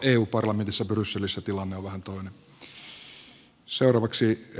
eu parlamentissa brysselissä tilanne on vähän toinen